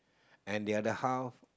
and the other half